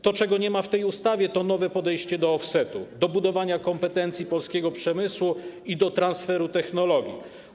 To, czego nie ma w tej ustawie, to nowe podejście do offsetu, do budowania kompetencji polskiego przemysłu i do transferu technologii.